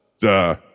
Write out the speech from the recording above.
duh